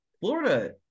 Florida